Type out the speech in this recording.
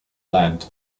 land